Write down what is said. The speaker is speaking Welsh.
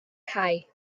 cae